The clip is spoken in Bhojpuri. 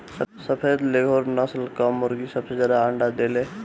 सफ़ेद लेघोर्न नस्ल कअ मुर्गी सबसे ज्यादा अंडा देले